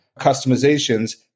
customizations